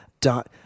dot